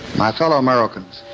my fellow americans,